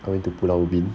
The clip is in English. I went to pulau ubin